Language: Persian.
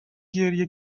گریه